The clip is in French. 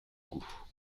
goût